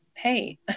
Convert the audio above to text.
Hey